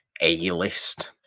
A-list